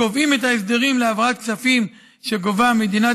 קובעות את ההסדרים להעברת כספים שגובה מדינת